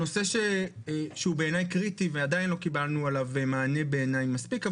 הנושא שהוא בעיניי קריטי ועדיין לא קיבלנו עליו מענה בעיניי מספיק.